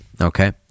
okay